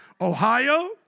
Ohio